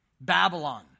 Babylon